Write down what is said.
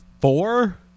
four